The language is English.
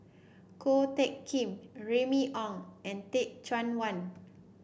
Ko Teck Kin Remy Ong and Teh Cheang Wan